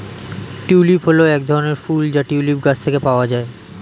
tulip হল এক ধরনের ফুল যা টিউলিপ গাছ থেকে পাওয়া যায়